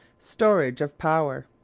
storage of power.